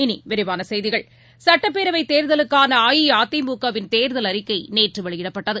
இனிவிரிவானசெய்திகள் சட்டப்பேரவைத் தேர்தலுக்கானஅஇஅதிமுக வின் தேர்தல் அறிக்கைநேற்றவெளியிடப்பட்டது